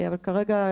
אבל כרגע,